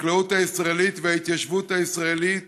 החקלאות הישראלית וההתיישבות הישראלית